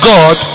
God